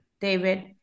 david